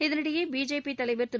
இதனிடையே பிஜேபி தலைவர் திரு